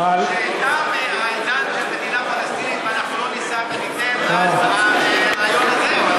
שתם העידן של מדינה פלסטינית ואנחנו לא נישא וניתן על הרעיון הזה?